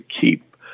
keep